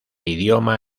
idioma